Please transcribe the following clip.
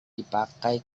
dipakai